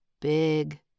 Big